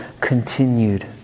continued